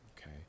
okay